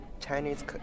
Chinese